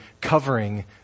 covering